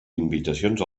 invitacions